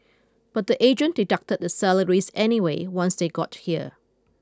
but the agent deducted their salaries anyway once they got here